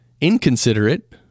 inconsiderate